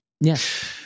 yes